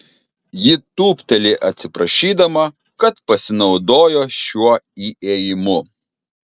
ji tūpteli atsiprašydama kad pasinaudojo šiuo įėjimu